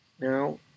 now